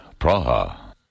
Praha